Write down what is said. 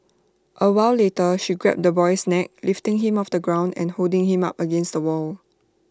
A while later she grabbed the boy's neck lifting him off the ground and holding him up against the wall